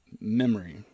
memory